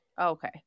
Okay